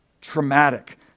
traumatic